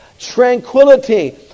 tranquility